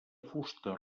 fusta